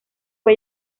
fue